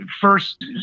first